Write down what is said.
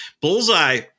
Bullseye